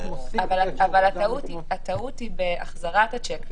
אבל הטעות היא בהחזרת השיק,